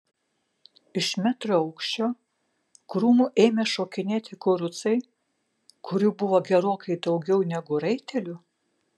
iš metro aukščio krūmų ėmė šokinėti kurucai kurių buvo gerokai daugiau negu raitelių